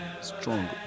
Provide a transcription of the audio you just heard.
strong